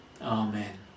Amen